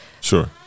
Sure